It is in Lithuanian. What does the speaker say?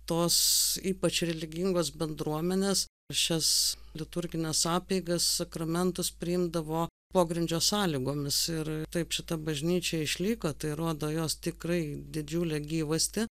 tos ypač religingos bendruomenės šias liturgines apeigas sakramentus priimdavo pogrindžio sąlygomis ir taip šita bažnyčia išliko tai rodo jos tikrai didžiulę gyvastį